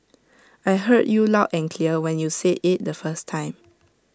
I heard you loud and clear when you said IT the first time